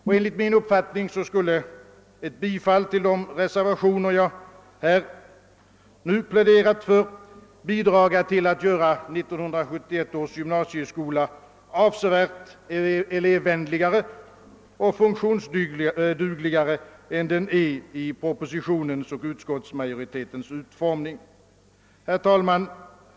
Och enligt min uppfattning skulle ett bifall till de reservationer som jag här har pläderat för bidra till att göra 1971 års gymnasieskola avsevärt mera elevvänlig och funktionsduglig än den blir i propositionens och <utskottsmajoritetens utformning. Herr talman!